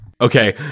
Okay